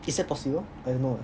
is that possible I don't know